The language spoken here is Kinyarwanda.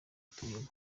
atuyemo